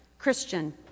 Christian